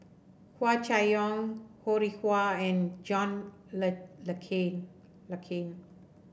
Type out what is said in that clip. Hua Chai Yong Ho Rih Hwa and John Le Le Cain Le Cain